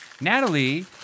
Natalie